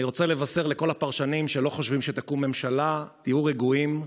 אני רוצה לבשר לכל הפרשנים שלא חושבים שתקום ממשלה: תהיו רגועים,